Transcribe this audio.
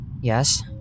Yes